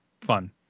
fun